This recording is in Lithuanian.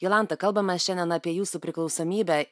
jolanta kalbam mes šiandien apie jūsų priklausomybę